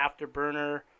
Afterburner